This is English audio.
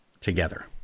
together